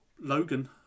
Logan